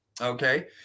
okay